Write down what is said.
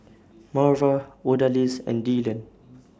Marva Odalys and Dylon